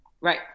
right